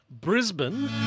Brisbane